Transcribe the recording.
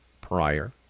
prior